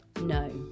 No